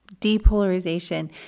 depolarization